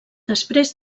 després